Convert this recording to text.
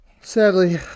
Sadly